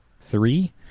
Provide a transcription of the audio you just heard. three